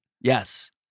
Yes